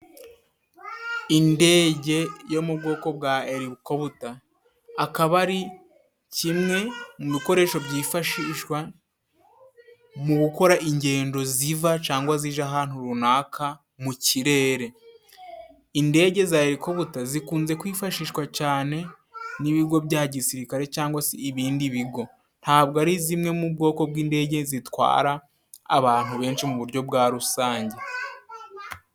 Indege yo mu bwoko bwa erikobuta, akaba ari kimwe mu bikoresho byifashishwa mu gukora ingendo ziva cangwa zija ahantu runaka mu kirere. Indege za erikobuta zikunze kwifashishwa cane n'ibigo bya gisirikare cangwa se ibindi bigo. Ntabwo ari zimwe mu bwoko bw'indege zitwara abantu benshi mu buryo bwa rusange.